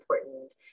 important